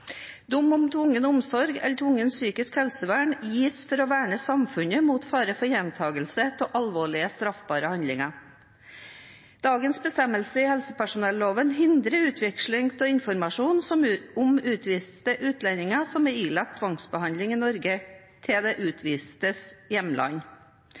gis for å verne samfunnet mot fare for gjentakelse av alvorlige straffbare handlinger. Dagens bestemmelser i helsepersonelloven hindrer utveksling av informasjon om utviste utlendinger som er ilagt tvangsbehandling i Norge til den utvistes hjemland.